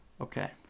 okay